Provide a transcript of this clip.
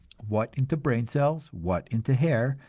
what into brain cells, what into hair,